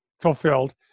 fulfilled